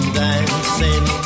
dancing